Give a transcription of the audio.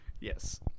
Yes